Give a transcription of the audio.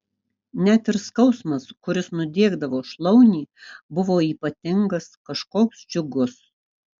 net ir skausmas kuris nudiegdavo šlaunį buvo ypatingas kažkoks džiugus